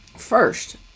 first